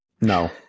No